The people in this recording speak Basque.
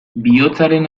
bihotzaren